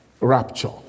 rapture